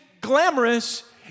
glamorous